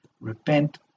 Repent